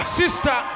sister